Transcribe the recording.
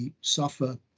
suffer